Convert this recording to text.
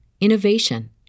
innovation